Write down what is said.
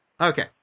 Okay